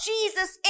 Jesus